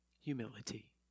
humility